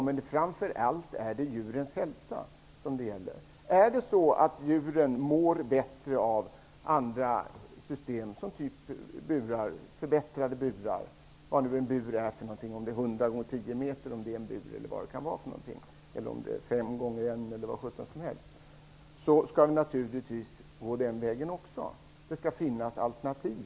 Men framför allt gäller hela frågan djurens hälsa. Men om djuren mår bättre i andra system, t.ex. med förbättrade burar, hur de än ser ut, skall de systemen kunna användas. Det skall finnas alternativ.